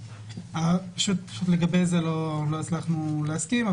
לגבי זה לא הצלחנו להסכים.